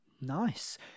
nice